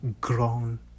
Grown